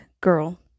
girl